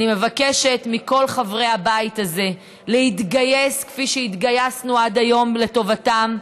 אני מבקשת מכל חברי הבית הזה להתגייס כפי שהתגייסנו עד היום לטובתם.